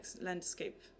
landscape